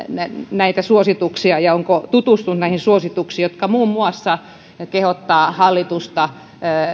näitä suosituksia ja onko se tutustunut näihin suosituksiin jotka muun muassa kehottavat hallitusta